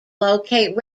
locate